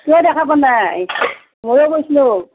কিয় দেখা পোৱা নাই ময়ো গৈছিলোঁ